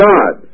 God